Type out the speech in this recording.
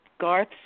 Garth